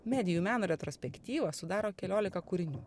medijų meno retrospektyvą sudaro keliolika kūrinių